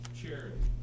charity